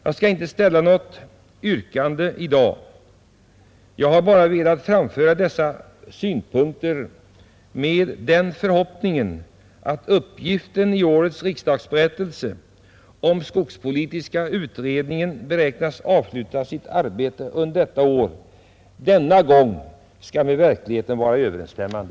Jag skall inte ställa något yrkande i dag. Jag har bara velat framföra dessa synpunkter med den förhoppningen att uppgiften i årets riksdagsberättelse, att skogspolitiska utredningen beräknas avsluta sitt arbete i år, denna gång skall vara med verkligheten överensstämmande.